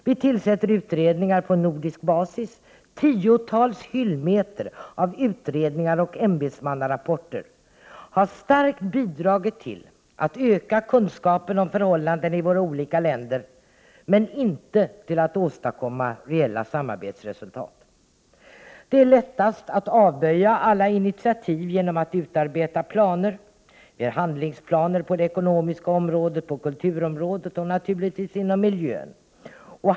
Vi tillsätter utredningar på nordisk basis. Tiotals hyllmeter av utredningar och ämbetsmannarapporter har starkt bidragit till att öka kunskapen om förhållandena i våra olika länder men inte till att åstadkomma reella samarbetsresultat. Det är lättast att avböja alla initiativ genom att utarbeta planer, dvs. handlingsplaner på det ekonomiska området, kulturområdet och naturligtvis inom miljön.